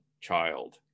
child